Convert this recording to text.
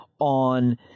on